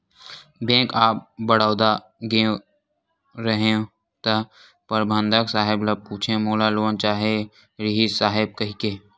bank of Baroda गेंव रहेव त परबंधक साहेब ल पूछेंव मोला लोन चाहे रिहिस साहेब कहिके